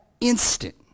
instant